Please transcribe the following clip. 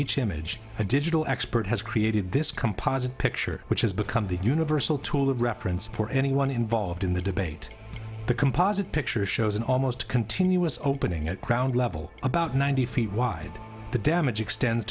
each image a digital expert has created this composite picture which has become the universal tool of reference for anyone involved in the debate the composite picture shows an almost continuous opening at ground level about ninety feet wide the damage extends